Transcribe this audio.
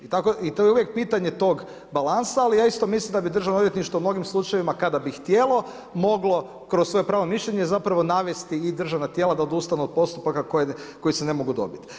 I tu je uvijek pitanje tog balansa, ali ja isto mislim da bi državno odvjetništvo u mnogim slučajevima kada bi htjelo, moglo kroz svoje pravno mišljenje zapravo navesti i državna tijela da odustanu od postupaka koji se ne mogu dobit.